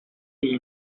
iyi